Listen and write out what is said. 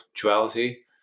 duality